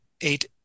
eight